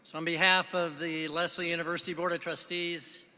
so on behalf of the lesley university board of trustees,